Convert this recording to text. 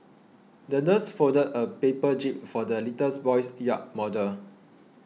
the nurse folded a paper jib for the little's boy's yacht model